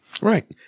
Right